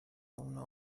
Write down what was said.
اونا